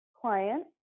client